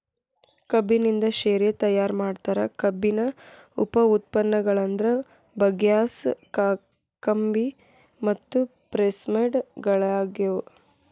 ಕಬ್ಬಿನಿಂದ ಶೇರೆ ತಯಾರ್ ಮಾಡ್ತಾರ, ಕಬ್ಬಿನ ಉಪ ಉತ್ಪನ್ನಗಳಂದ್ರ ಬಗ್ಯಾಸ್, ಕಾಕಂಬಿ ಮತ್ತು ಪ್ರೆಸ್ಮಡ್ ಗಳಗ್ಯಾವ